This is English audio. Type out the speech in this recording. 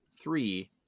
Three